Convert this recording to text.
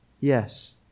yes